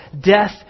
Death